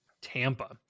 tampa